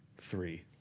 Three